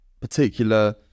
particular